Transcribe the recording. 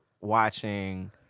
watching